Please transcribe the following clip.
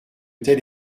tel